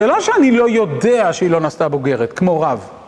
זה לא שאני לא יודע שהיא לא נעשתה בוגרת, כמו רב.